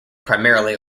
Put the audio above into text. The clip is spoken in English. primarily